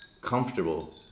comfortable